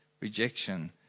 rejection